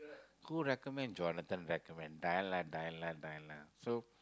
who recommend Jonathan recommend die lah die lah die lah so